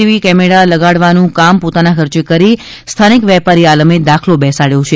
TV camera લગાડવાનું કામ પોતાના ખર્ચે કરી સ્થાનિક વેપારી આલમે દાખલો બેસાડ્યો છે